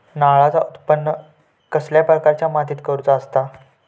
नारळाचा उत्त्पन कसल्या प्रकारच्या मातीत करूचा असता?